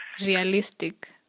realistic